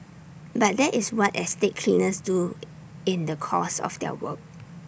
but that is what estate cleaners do in the course of their work